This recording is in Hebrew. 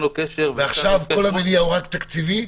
עכשיו כל המניע הוא רק תקציבי?